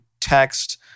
text